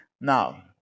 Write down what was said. Now